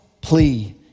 plea